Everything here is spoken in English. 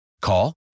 Call